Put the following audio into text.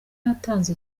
yatanze